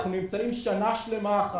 --- אנחנו נמצאים שנה שלמה אחרי זה.